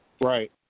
Right